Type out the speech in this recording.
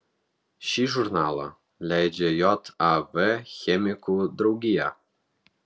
šį žurnalą leidžia jav chemikų draugija